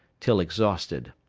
till exhausted.